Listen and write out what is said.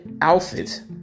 outfit